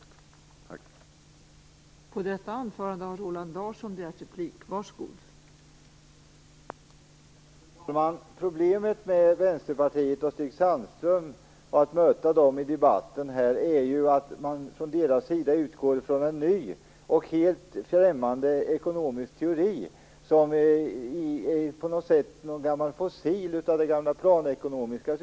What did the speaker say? Tack!